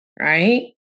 right